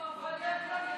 בושה לשבת פה.